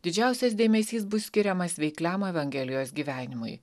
didžiausias dėmesys bus skiriamas veikliam evangelijos gyvenimui